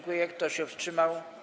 Kto się wstrzymał?